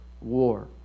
war